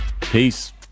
peace